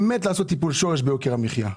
ונוכל לעשות טיפול שורש ביוקר המחייה.